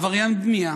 עבריין בנייה,